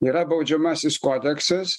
yra baudžiamasis kodeksas